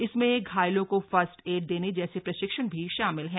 इसमें घायलों को फर्स्ट एड देने जैसे प्रशिक्षण भी शामिल हैं